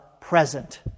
present